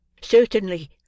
Certainly